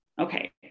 Okay